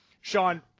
Sean